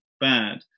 bad